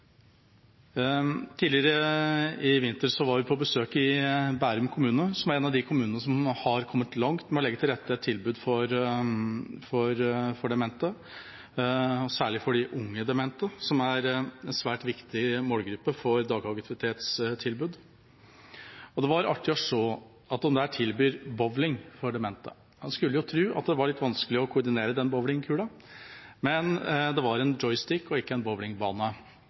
Tidligere i vinter var vi på besøk i Bærum kommune, som er en av de kommunene som har kommet langt med å legge til rette tilbud for demente, og særlig for de unge demente, som er en svært viktig målgruppe for dagaktivitetstilbud. Det var artig å se at de der tilbyr bowling for demente. En skulle tro at det var litt vanskelig å koordinere den bowlingkula, men det var en joystick, og det var ikke en bowlingbane,